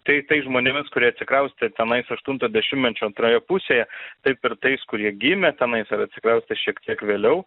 tai tais žmonėmis kurie atsikraustė tenais aštunto dešimtmečio antroje pusėje taip ir tais kurie gimė tenais ar atsikraustė šiek tiek vėliau